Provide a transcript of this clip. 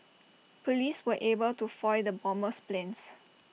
Police were able to foil the bomber's plans